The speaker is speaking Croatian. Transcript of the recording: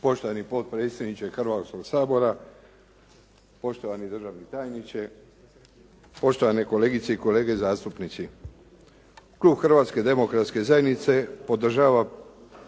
Poštovani potpredsjedniče Hrvatskoga sabora, poštovani državni tajniče, poštovani kolegice i kolege zastupnici. Klub Hrvatske demokratske zajednice podržava